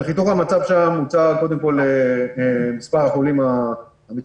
בחיתוך המצב שם מוצג מספר החולים המצטבר,